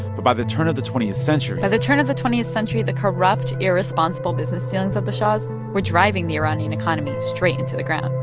by the turn of the twentieth century. by the turn of the twentieth century, the corrupt, irresponsible business dealings of the shahs were driving the iranian economy straight into the ground,